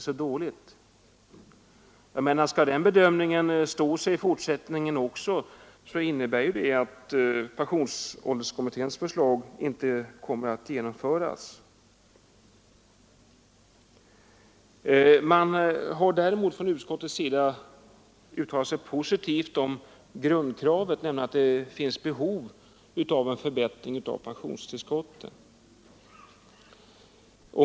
Om denna bedömning skall stå sig i fortsättningen, innebär det att pensionsålderskommitténs förslag inte kommer att genomföras. Man har däremot från utskottet uttalat sig positivt om grundkravet, nämligen att det finns ett behov av en förbättring av pensionstillskotten.